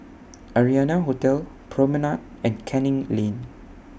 Arianna Hotel Promenade and Canning Lane